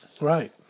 right